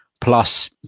plus